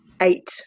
eight